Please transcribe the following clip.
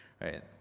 right